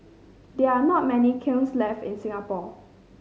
there are not many kilns left in Singapore